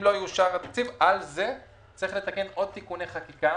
על זה צריך לתקן עוד תיקוני חקיקה